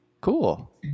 Cool